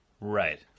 Right